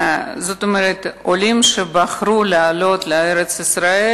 זאת אומרת עולים שבחרו לעלות לארץ-ישראל